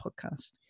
podcast